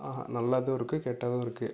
ஆஹா நல்லதும் இருக்குது கெட்டதும் இருக்குது